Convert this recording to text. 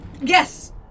Yes